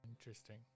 Interesting